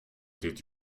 did